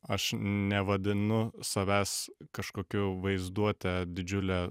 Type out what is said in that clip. aš nevadinu savęs kažkokiu vaizduotę didžiulę